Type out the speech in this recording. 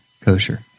kosher